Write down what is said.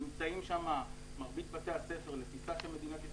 נמצאים שם מרבית בתי הספר לטיסה של מדינת ישראל,